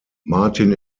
martin